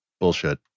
bullshit